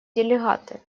делегаты